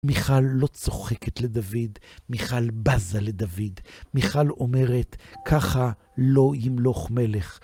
מיכל לא צוחקת לדוד, מיכל בזה לדוד, מיכל אומרת, ככה לא ימלוך מלך.